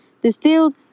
Distilled